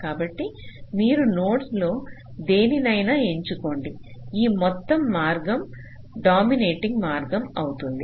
కాబట్టి మీరు నోడ్స్ లో దేనినైనా ఎంచుకోండి ఈ మొత్తం మార్గం డామినేటింగ్ మార్గం అవుతుంది